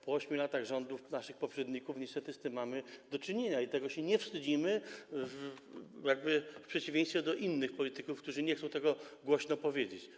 Po 8 latach rządów naszych poprzedników niestety mamy z tym do czynienia i tego się nie wstydzimy, w przeciwieństwie do innych polityków, którzy nie chcą tego głośno powiedzieć.